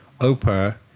Opera